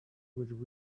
would